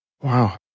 Wow